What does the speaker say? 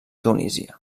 tunísia